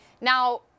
Now